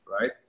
right